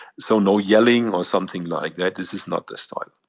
so no yelling or something like that. this is not this time.